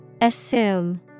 Assume